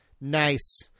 Nice